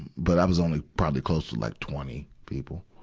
but i was only probably close to like twenty people.